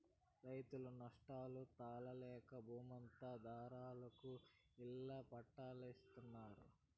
రైతులు నష్టాలు తాళలేక బూమంతా దళారులకి ఇళ్ళ పట్టాల్జేత్తన్నారు